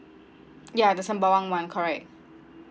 ya the sembawang one correct